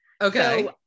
Okay